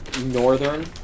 Northern